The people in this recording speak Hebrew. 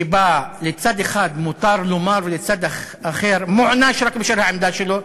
שבה לצד אחד מותר לומר וצד אחר מוענש רק בגלל העמדה שלו,